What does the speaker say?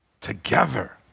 together